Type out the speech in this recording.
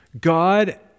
God